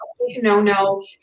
no-no